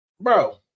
bro